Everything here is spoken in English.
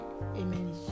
Amen